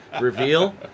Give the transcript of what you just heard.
reveal